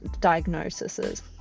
diagnoses